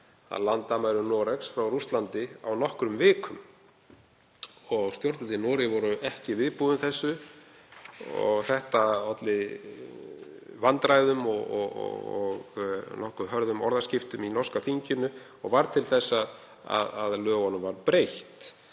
að landamærum Noregs frá Rússlandi á nokkrum vikum. Stjórnvöld í Noregi voru ekki viðbúin þessu, þetta olli vandræðum og nokkuð hörðum orðaskiptum í norska þinginu og varð til þess að lögunum var breytt